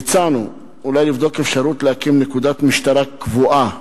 הצענו אולי לבדוק אפשרות להקים נקודת משטרה קבועה